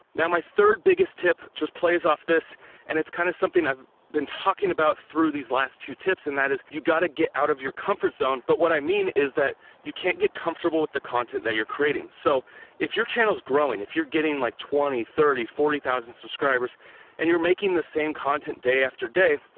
now my third biggest tip just plays off this and it's kinda kind of something that i've been talking about through these last two tips and that is you gotta get out of your comfort zone, but what i mean is that you can't get comfortable with the content that you're creating. so if your channel's growing, if you're getting like twenty, thirty, forty thousand subscribers and you're making the same content day after day,